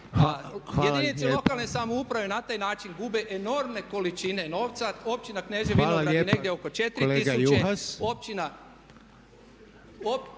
Hvala lijepa./